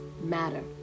matter